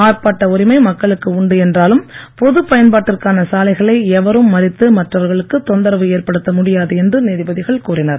ஆர்ப்பாட்ட உரிமை மக்களுக்கு உண்டு என்றாலும் பொது பயன்பாட்டிற்கான சாலைகளை எவரும் மறித்து மற்றவர்களுக்கு தொந்தரவு ஏற்படுத்த முடியாது என்று நீதிபதிகள் கூறினர்